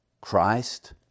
christ